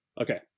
Okay